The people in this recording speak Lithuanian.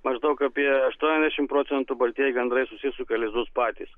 maždaug apie aštuoniasdešimt procentų baltieji gandrai susisuka lizdus patys